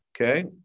okay